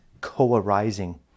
co-arising